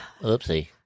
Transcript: Oopsie